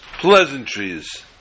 pleasantries